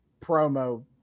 promo